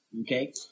Okay